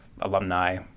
alumni